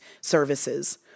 services